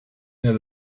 near